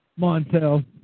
Montel